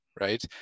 right